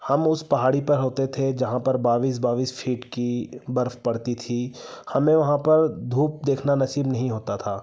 हम उस पहाड़ी पर होते थे जहाँ पर बाईस बाईस फ़ीट की बर्फ़ पड़ती थी हमें वहाँ पर धूप देखना नसीब नहीं होता था